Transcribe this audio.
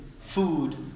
food